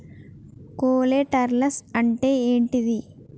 Collaterals అంటే ఏంటిది?